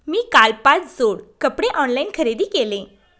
मी काल पाच जोड कपडे ऑनलाइन खरेदी केले